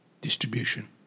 distribution